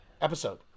Episode